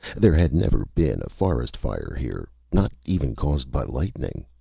there had never been a forest fire here, not even caused by lightning!